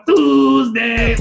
Tuesday